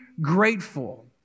grateful